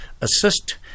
assist